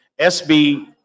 SB